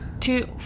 Two